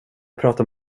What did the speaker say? pratar